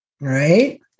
right